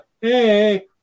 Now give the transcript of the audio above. Hey